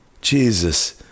jesus